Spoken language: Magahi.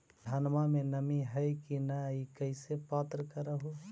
धनमा मे नमी है की न ई कैसे पात्र कर हू?